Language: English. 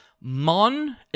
Mon